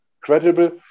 credible